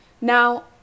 Now